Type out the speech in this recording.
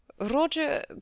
Roger